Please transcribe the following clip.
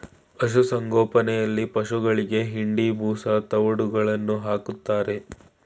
ಪಶುಸಂಗೋಪನೆಯಲ್ಲಿ ಪಶುಗಳಿಗೆ ಹಿಂಡಿ, ಬೂಸಾ, ತವ್ಡುಗಳನ್ನು ಹಾಕ್ತಾರೆ